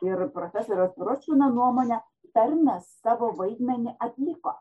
tai yra profesoriaus piročkino nuomonė tarmės savo vaidmenį atliko